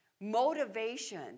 motivation